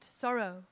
sorrow